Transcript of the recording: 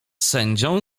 sędzią